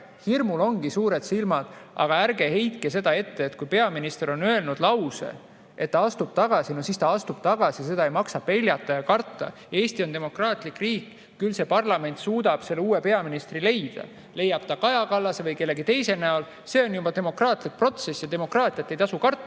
Hirmul on suured silmad, aga ärge heitke seda ette, et kui peaminister on öelnud lause, et ta astub tagasi, siis ta astub tagasi. Seda ei maksa peljata ja karta. Eesti on demokraatlik riik, küll see parlament suudab uue peaministri leida. Leiab ta Kaja Kallase või kellegi teise – see on demokraatlik protsess ja demokraatiat ei tasu karta. Aga